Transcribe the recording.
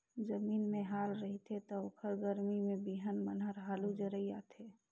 जमीन में हाल रहिथे त ओखर गरमी में बिहन मन हर हालू जरई आथे